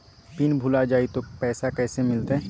Pin भूला जाई तो पैसा कैसे मिलते?